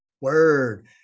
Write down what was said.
word